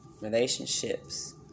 relationships